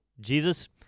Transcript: Jesus